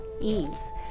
ease